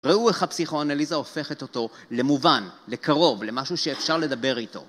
ראו איך הפסיכואנליזה הופכת אותו למובן, לקרוב, למשהו שאפשר לדבר איתו.